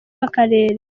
w’akarere